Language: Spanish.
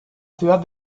ciudad